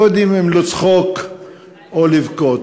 לא יודעים אם לצחוק או לבכות,